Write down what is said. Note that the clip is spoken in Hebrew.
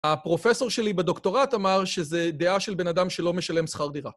הפרופסור שלי בדוקטורט אמר שזה דעה של בן אדם שלא משלם שכר דירה.